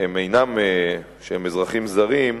שהם אזרחים זרים,